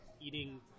eating